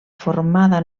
formada